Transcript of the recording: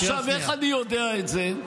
עכשיו, איך אני יודע את זה?